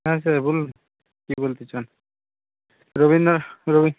হ্যাঁ স্যার বলুন কী বলতে চান রবীন্দ্রর রবি